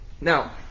now